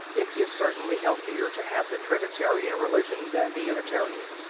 it is certainly healthier to have the trinitarian religion than the unitarian.